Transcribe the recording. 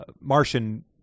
Martian